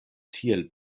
tiel